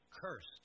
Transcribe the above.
Cursed